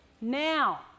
now